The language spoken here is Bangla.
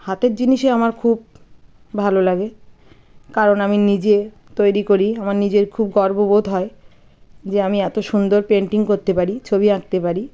হাতের জিনিসে আমার খুব ভালো লাগে কারণ আমি নিজে তৈরি করি আমার নিজের খুব গর্ব বোধ হয় যে আমি এত সুন্দর পেন্টিং করতে পারি ছবি আঁকতে পারি